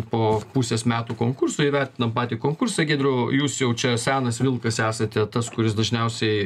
po pusės metų konkurso įvertinam patį konkursą giedriau jūs jau čia senas vilkas esate tas kuris dažniausiai